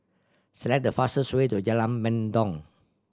select the fastest way to Jalan Mendong